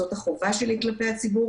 זאת החובה שלי כלפי הציבור.